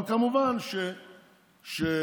אבל כמובן שבנט